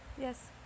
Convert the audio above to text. Yes